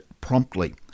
promptly